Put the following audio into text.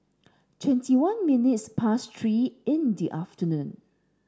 twenty one minutes past three in the afternoon